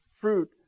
fruit